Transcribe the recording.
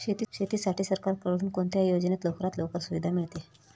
शेतीसाठी सरकारकडून कोणत्या योजनेत लवकरात लवकर सुविधा मिळते?